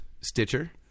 Stitcher